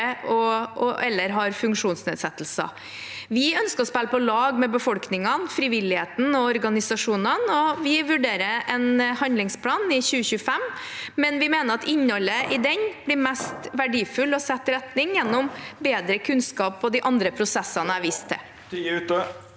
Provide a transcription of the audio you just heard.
eller har funksjonsnedsettelser. Vi ønsker å spille på lag med befolkningen, frivilligheten og organisasjonene, og vi vurderer en handlingsplan i 2025, men vi mener at innholdet i den (presidenten klubber) blir mest verdifullt og best setter retning gjennom bedre kunnskap og de andre prosessene jeg viste til.